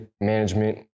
management